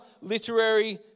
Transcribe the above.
literary